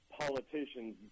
politicians